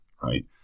right